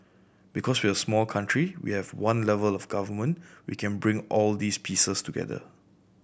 because we're a small country we have one level of Government we can bring all these pieces together